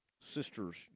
sister's